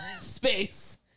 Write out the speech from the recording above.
space